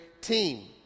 team